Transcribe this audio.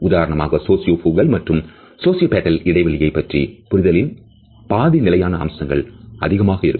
உதாரணமாக sociofugal மற்றும் sociopetal இடைவெளியை பற்றிய புரிதலில் பாதி நிலையான அம்சங்கள்அதிகமாக இருக்கும்